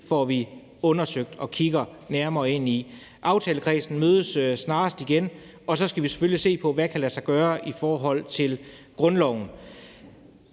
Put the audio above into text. får vi undersøgt og kigget nærmere ind i. Aftalekredsen mødes snarest igen, så skal vi selvfølgelig se på, hvad der kan lade sig gøre i forhold til grundloven.